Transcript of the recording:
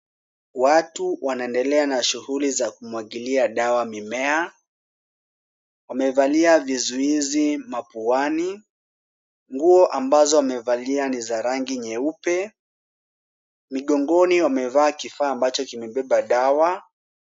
Watu wanaendelea na shughuli za kumwagilia dawa mimea. Wamevalia vizuizi mapuani, nguo ambazo wamevalia ni za rangi nyeupe. Migongoni wamevaa kifaa ambacho kimebeba dawa.